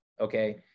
okay